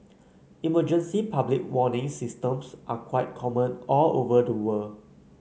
emergency public warning systems are quite common all over the world